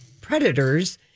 predators